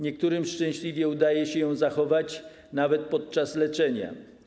Niektórym szczęśliwie udaje się ją zachować nawet podczas leczenia.